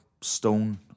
stone